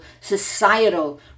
societal